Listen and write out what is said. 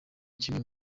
kimwe